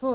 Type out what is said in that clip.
Vi kan